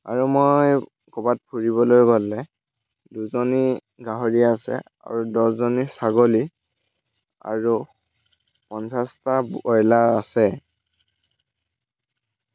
আৰু মই কৰবাত ফুৰিবলৈ গ'লে দুজনী গাহৰি আছে দহজনী ছাগলী আৰু পঞ্চাছটা বইলাৰ আছে